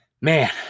man